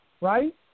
Right